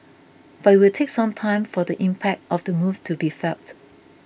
but it will take some time for the impact of the move to be felt